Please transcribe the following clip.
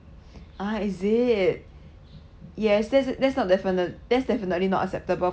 ah is it yes that's that's not definite~ that's definitely not acceptable